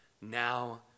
now